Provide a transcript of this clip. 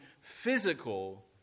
physical